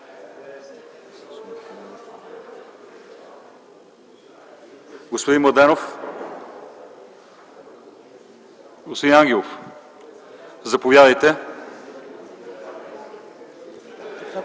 Господин Младенов, господин Ангелов, заповядайте…